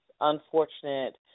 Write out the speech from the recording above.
unfortunate